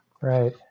Right